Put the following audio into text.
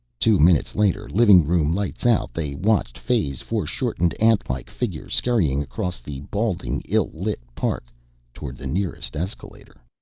two minutes later, living room lights out, they watched fay's foreshortened antlike figure scurrying across the balding ill-lit park toward the nearest escalator.